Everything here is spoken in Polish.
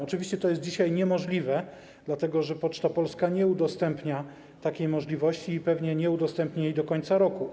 Oczywiście to jest dzisiaj niemożliwe, dlatego że Poczta Polska nie udostępnia, nie daje takiej możliwości, i pewnie nie udostępni do końca roku.